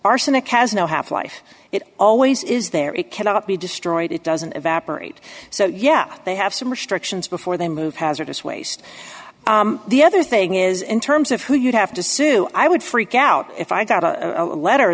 arsenic has no half life it always is there it cannot be destroyed it doesn't evaporate so yeah they have some restrictions before they move hazardous waste the other thing is in terms of who you'd have to sue i would freak out if i got a letter